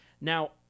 Now